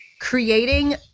creating